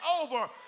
over